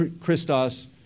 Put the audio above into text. Christos